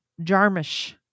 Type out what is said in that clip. Jarmish